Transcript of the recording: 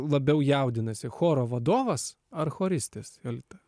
labiau jaudinasi choro vadovas ar choristės jolita